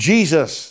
Jesus